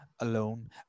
alone